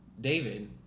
David